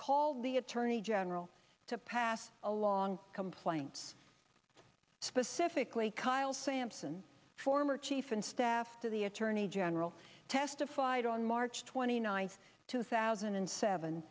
called the attorney general to pass along complaints specifically kyle sampson former chief in staff to the attorney general testified on march twenty ninth two thousand and seven